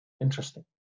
interesting